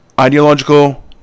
ideological